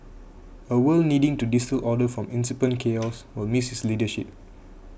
a world needing to distil order from incipient chaos will miss his leadership